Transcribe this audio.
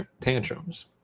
tantrums